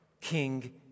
King